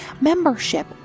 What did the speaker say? Membership